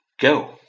Go